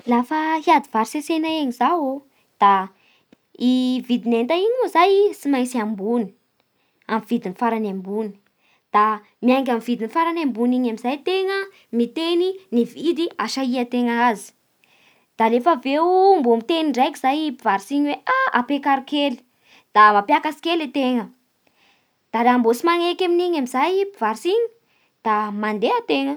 Lafa hiady varotsy antsena egny zao ô da i vidin'enta igny mo zay tsy mainrsy ambony amin'ny vidiny farany ambony da miainga amin'ny vidiny farany ambony iny amin'izay tena miteny ny vidiy asahiantegna anazy, da rehefa avy eo mbô mitegny ndraiky zagny mpivaritsy igny hoe ha ampiekaro kely, da mampiakatsy koa antegna, da mbô tsy magneky amin'iny amin'izay mpivarotsy igny da mandeha antegna.